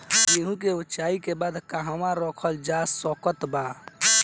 गेहूँ के ओसाई के बाद कहवा रखल जा सकत बा?